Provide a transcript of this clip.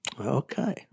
okay